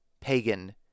pagan